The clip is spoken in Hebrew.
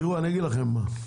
תראו, אני אגיד לכם מה.